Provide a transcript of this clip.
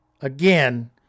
Again